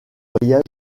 voyage